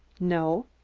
no.